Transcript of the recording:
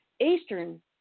Eastern